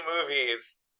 movies